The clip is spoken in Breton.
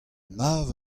nav